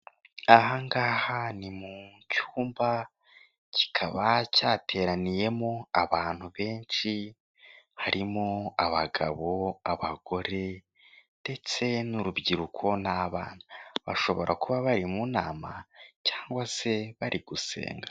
Mu cyumba kikaba cyateraniyemo abantu benshi, harimo abagabo, abagore, ndetse n'urubyiruko, n'abana, bashobora kuba bari mu inama cyangwa se bari gusenga.